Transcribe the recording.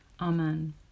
Amen